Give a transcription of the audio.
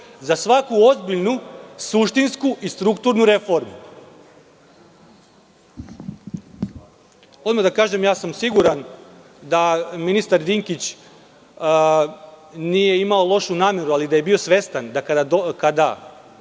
za svaku ozbiljnu, suštinsku i strukturnu reformu. Odmah ću vam reći da ministar Dinkić nije imao lošu nameru, ali da je bio svestan da kada